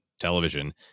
television